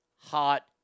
hot